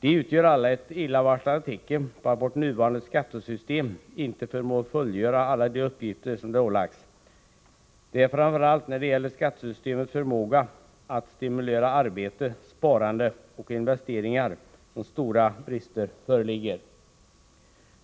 De utgör alla ett illavarslande tecken på att vårt nuvarande skattesystem inte förmår fullgöra alla de uppgifter som det ålagts. Det är framför allt när det gäller skattesystemets förmåga att stimulera arbete, sparande och investeringar som stora brister föreligger.